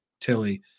Tilly